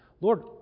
Lord